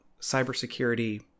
cybersecurity